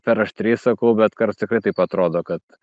per aštriai sakau bet karts tikrai taip atrodo kad